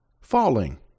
Falling